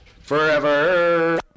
Forever